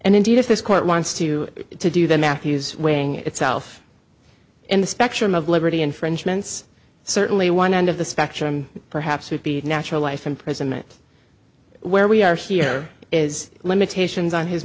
and indeed if this court wants to do the math he's weighing itself in the spectrum of liberty infringements certainly one end of the spectrum perhaps would be natural life imprisonment where we are here is limitations on his